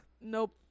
nope